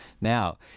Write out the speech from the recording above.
now